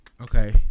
Okay